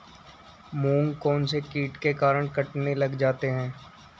मूंग कौनसे कीट के कारण कटने लग जाते हैं?